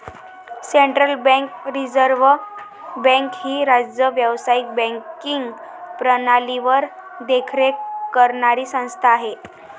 central bank reserve bank ही राज्य व्यावसायिक बँकिंग प्रणालीवर देखरेख करणारी संस्था आहे